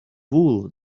wool